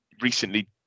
recently